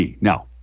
Now